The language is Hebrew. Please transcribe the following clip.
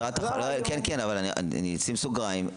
אשים סוגריים,